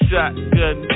Shotgun